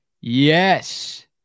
Yes